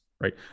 right